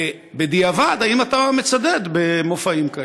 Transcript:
ובדיעבד, האם אתה מצדד במופעים כאלה?